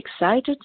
excited